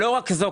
לא רק זה.